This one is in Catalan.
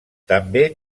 també